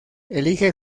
elige